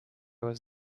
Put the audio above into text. was